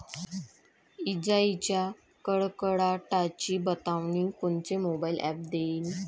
इजाइच्या कडकडाटाची बतावनी कोनचे मोबाईल ॲप देईन?